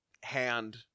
hand